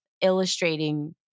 illustrating